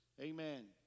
Amen